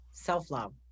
self-love